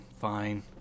fine